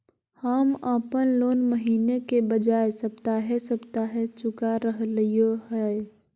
हम अप्पन लोन महीने के बजाय सप्ताहे सप्ताह चुका रहलिओ हें